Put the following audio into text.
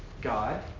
God